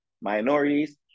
minorities